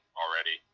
already